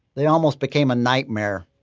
they almost became a nightmare,